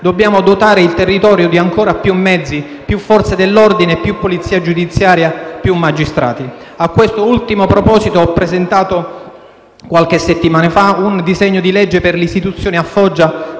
dobbiamo dotare il territorio di ancora più mezzi, più Forze dell'ordine e più polizia giudiziaria, più magistrati. A quest'ultimo proposito, ho presentato qualche settimana fa un disegno di legge per l'istituzione a Foggia